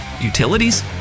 utilities